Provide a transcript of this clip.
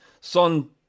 Son